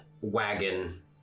wagon